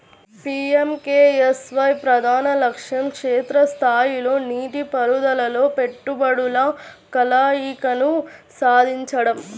PMKSY ప్రధాన లక్ష్యం క్షేత్ర స్థాయిలో నీటిపారుదలలో పెట్టుబడుల కలయికను సాధించడం